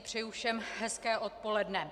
Přeji všem hezké odpoledne.